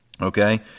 Okay